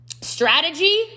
strategy